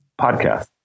podcast